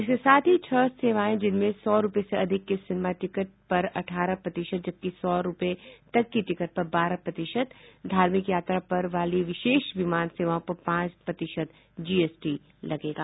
इसके साथ ही छह सेवाओं जिनमें सौ रूपये से अधिक के सिनेमा टिकट पर अठारह प्रतिशत जबकि सौ रूपये तक की टिकट पर बारह प्रतिशत धार्मिक यात्रा पर वाली विशेष विमान सेवाओं पर पांच प्रतिशत जीएसटी लगेगा